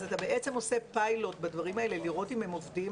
אז אתה עושה פיילוט בדברים האלה לראות אם הם עובדים.